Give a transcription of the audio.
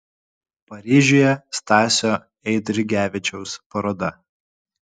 paryžiuje stasio eidrigevičiaus paroda